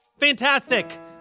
Fantastic